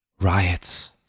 Riots